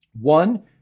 one